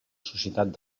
societat